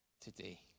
today